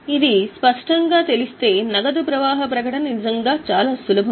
ఇది స్పష్టంగా తెలియగానే నగదు ప్రవాహ ప్రకటన నిజంగా చాలా సులభం